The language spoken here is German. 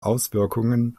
auswirkungen